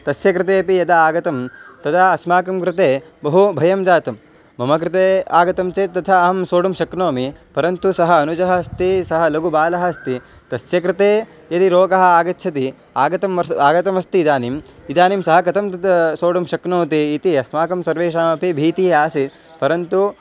तस्य कृते अपि यदा आगतं तदा अस्माकं कृते बहु भयं जातं मम कृते आगतं चेत् तथा अहं सोढुं शक्नोमि परन्तु सः अनुजः अस्ति सः लघुबालः अस्ति तस्य कृते यदि रोगः आगच्छति आगतं आगतमस्ति इदानीम् इदानीं सः कथं तत् सोढुं शक्नोति इति अस्माकं सर्वेषामपि भीतिः आसीत् परन्तु